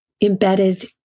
embedded